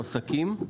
המועסקים.